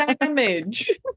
damage